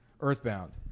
Earthbound